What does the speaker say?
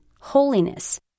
holiness